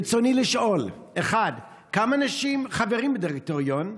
רצוני לשאול: 1. כמה אנשים חברים בדירקטוריון,